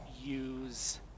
use